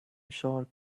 sure